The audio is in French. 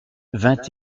vingt